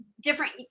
different